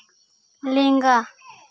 ᱞᱮᱸᱜᱟ